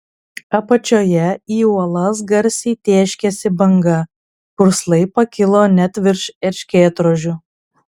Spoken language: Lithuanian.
apačioje į uolas garsiai tėškėsi banga purslai pakilo net virš erškėtrožių